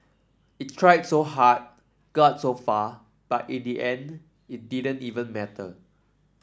it tried so hard got so far but in the end it didn't even matter